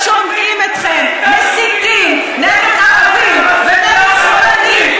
ושומעים אתכם מסיתים נגד הערבים ונגד שמאלנים,